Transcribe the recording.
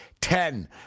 Ten